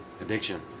addiction